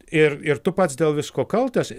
ir ir tu pats dėl visko kaltas